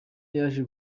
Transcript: yaje